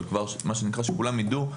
אבל שכולם יידעו,